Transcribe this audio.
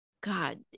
god